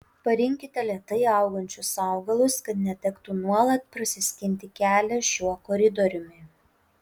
parinkite lėtai augančius augalus kad netektų nuolat prasiskinti kelią šiuo koridoriumi